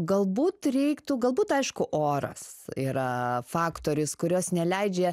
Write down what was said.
galbūt reiktų galbūt aišku oras yra faktorius kuris neleidžia